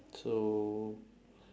so